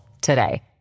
today